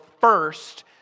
first